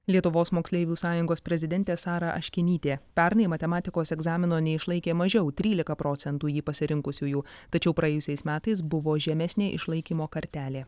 lietuvos moksleivių sąjungos prezidentė sara aškinytė pernai matematikos egzamino neišlaikė mažiau trylika procentų jį pasirinkusiųjų tačiau praėjusiais metais buvo žemesnė išlaikymo kartelė